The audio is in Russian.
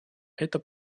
это